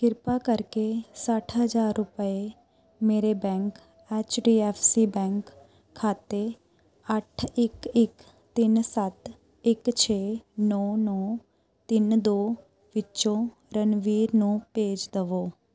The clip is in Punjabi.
ਕ੍ਰਿਪਾ ਕਰਕੇ ਸੱਠ ਹਜ਼ਾਰ ਰੁਪਏ ਮੇਰੇ bank H D F C bank ਖਾਤੇ ਅੱਠ ਇੱਕ ਇੱਕ ਤਿੰਨ ਸੱਤ ਇੱਕ ਛੇ ਨੌ ਨੌ ਤਿੰਨ ਦੋ ਵਿਚੋਂ ਰਣਬੀਰ ਨੂੰ ਭੇਜ ਦੇਵੋ